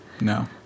No